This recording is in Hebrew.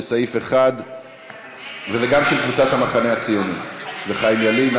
לסעיף 1. זה גם של קבוצת סיעת המחנה הציוני ושל חיים ילין.